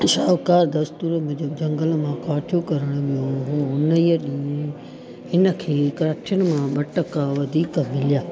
शाहूकार दस्तूर में जब झंगल मां काठियूं करणु वियो हुओ हुन ई ॾींहुं हिनखे काठियुनि मां ॿ टका वधीक मिलिया